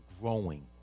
growing